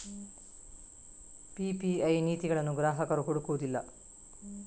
PPI ನೀತಿಗಳನ್ನು ಗ್ರಾಹಕರು ಹುಡುಕುವುದಿಲ್ಲ